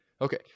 Okay